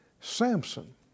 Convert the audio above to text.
Samson